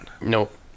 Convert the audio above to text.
Nope